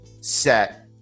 set